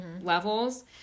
levels